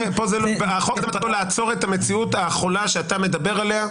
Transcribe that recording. החוק הזה מטרתו לעצור את המציאות החולה שאתה מדבר עליה.